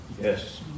Yes